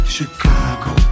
Chicago